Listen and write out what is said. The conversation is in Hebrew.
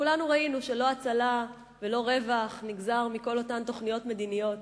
וכולנו ראינו שלא הצלה ולא רווח נגזרו מכל אותן תוכניות מדיניות.